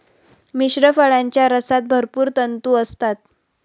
मिश्र फळांच्या रसात भरपूर तंतू असतात